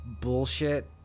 bullshit